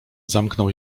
zamknął